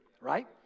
Right